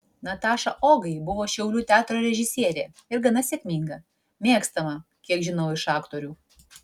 nataša ogai buvo šiaulių teatro režisierė ir gana sėkminga mėgstama kiek žinau iš aktorių